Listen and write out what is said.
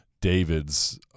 David's